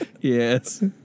Yes